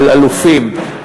על אלופים,